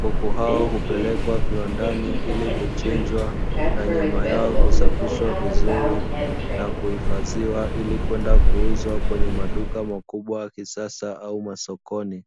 kuku hao hupelekwa viwandani ili kuchinjwa na nyama yao husafishwa vizuri na kuhifadhiwa ili kwenda kuuzwa kwenye maduka makubwa ya kisasa au masokoni.